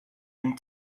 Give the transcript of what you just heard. and